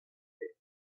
there